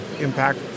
impact